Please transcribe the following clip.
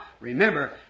remember